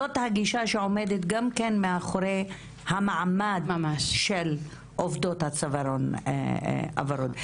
עכשיו זאת הגישה שעומדת גם כן מאחורי המעמד של עובדות הצווארון הוורוד.